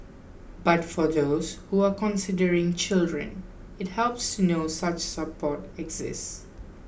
but for those who are considering children it helps to know such support exists